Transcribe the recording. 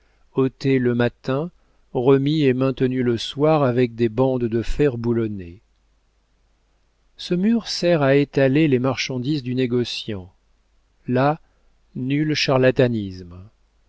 ôtés le matin remis et maintenus le soir avec des bandes de fer boulonnées ce mur sert à étaler les marchandises du négociant là nul charlatanisme